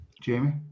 Jamie